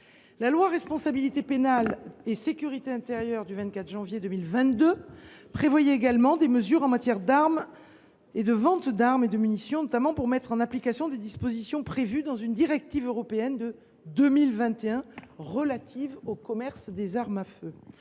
à la responsabilité pénale et à la sécurité intérieure du 24 janvier 2022 prévoyait également des mesures en matière de ventes d’armes, notamment pour mettre en application des dispositions de la directive européenne de 2021 relative au commerce des armes à feu.